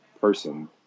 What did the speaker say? person